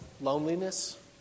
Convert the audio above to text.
loneliness